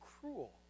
cruel